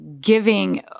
giving